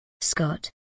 Scott